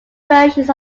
versions